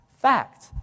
fact